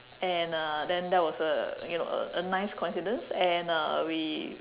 and uh then that was a you know a a nice coincidence and uh we